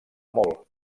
molt